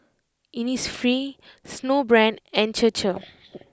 Innisfree Snowbrand and Chir Chir